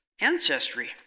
ancestry